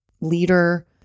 leader